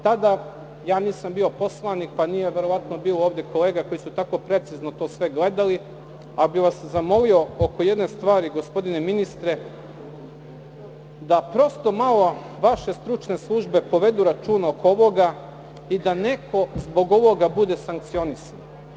Tada nisam bio poslanik, pa nije bilo ovde kolega koji su tako precizno to sve gledali, pa bih vas zamolio oko jedne stvari, gospodine ministre, da prosto malo vaše stručne službe povedu računa oko ovoga i da neko zbog ovoga bude sankcionisan.